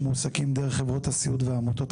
למוסד יש מנהלה, אני היועץ המשפטי.